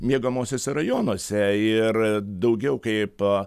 miegamuosiuose rajonuose ir daugiau kaip